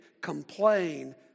complain